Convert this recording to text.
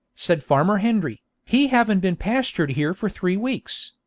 said farmer hendry, he haven't been pastured here for three weeks.